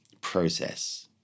process